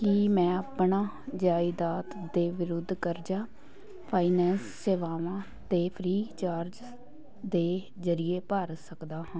ਕੀ ਮੈਂ ਆਪਣਾ ਜਾਇਦਾਦ ਦੇ ਵਿਰੁੱਧ ਕਰਜ਼ਾ ਫਾਈਨੈਂਸ ਸੇਵਾਵਾਂ ਅਤੇ ਫ੍ਰੀਚਾਰਜ ਦੇ ਜ਼ਰੀਏ ਭਰ ਸਕਦਾ ਹਾਂ